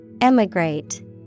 Emigrate